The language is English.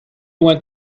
went